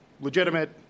legitimate